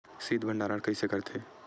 शीत भंडारण कइसे करथे?